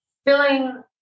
feeling